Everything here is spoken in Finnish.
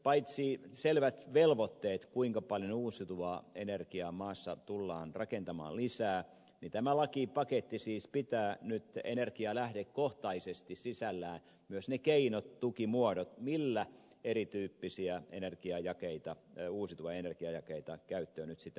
paitsi selvät velvoitteet kuinka paljon uusiutuvaa energiaa maassa tullaan rakentamaan lisää tämä lakipaketti siis pitää nyt energialähdekohtaisesti sisällään myös ne keinot tukimuodot millä erityyppisiä uusiutuvia energiajakeita käyttöön nyt sitten otetaan